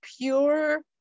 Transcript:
pure